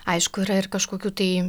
aišku yra ir kažkokių tai